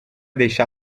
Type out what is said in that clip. deixá